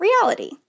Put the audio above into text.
reality